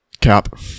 cap